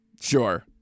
Sure